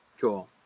cool